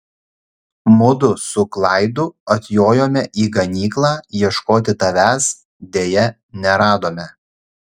mudu su klaidu atjojome į ganyklą ieškoti tavęs deja neradome